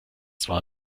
zwar